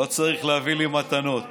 לא צריך להביא לי מתנות.